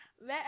Let